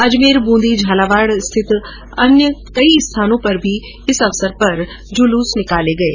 अजमेर बूंदी झालावाड सहित अन्य स्थानों पर इस अवसर पर जुलूस निकाले गये